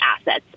assets